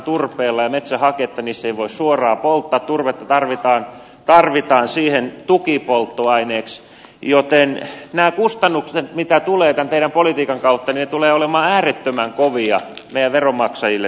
metsähaketta ei voi suoraan polttaa turvetta tarvitaan siihen tukipolttoaineeksi joten nämä kustannukset joita tulee tämän teidän politiikkanne kautta ne tulevat olemaan äärettömän kovia meidän veronmaksajillemme tuolla